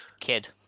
Kid